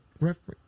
reference